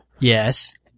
Yes